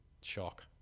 shock